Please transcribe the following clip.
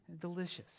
Delicious